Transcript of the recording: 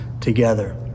together